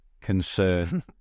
concern